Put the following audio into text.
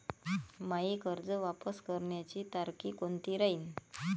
मायी कर्ज वापस करण्याची तारखी कोनती राहीन?